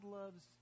loves